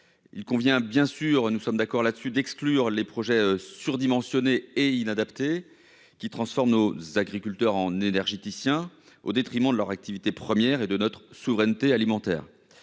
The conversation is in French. Il convient, bien sûr, d'exclure les projets surdimensionnés inadaptés qui transforment nos agriculteurs en énergéticiens au détriment de leur activité première et de notre souveraineté alimentaire.